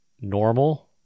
normal